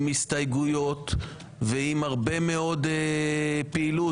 עם הסתייגויות ועם הרבה מאוד פעילות.